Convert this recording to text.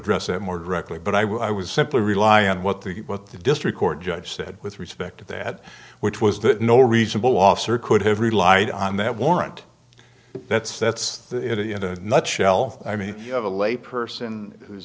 address it more directly but i was simply rely on what the what the district court judge said with respect to that which was that no reasonable officer could have relied on that warrant that's that's it in a nutshell i mean you have a lay person who's